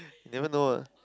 never know what